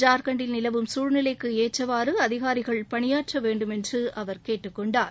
ஜார்க்கண்ட்டில் நிலவும் சசூழ்நிலைக்கு ஏற்றவாறு அதிகாரிகள் பணியாற்ற வேண்டுமென்று அவர் கேட்டுக் கொண்டார்